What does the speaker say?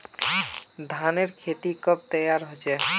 धानेर खेती कब तैयार होचे?